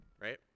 right